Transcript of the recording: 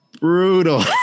brutal